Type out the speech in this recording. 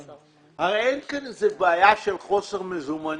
הרי אין כאן איזו בעיה של חוסר מזומנים.